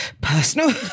personal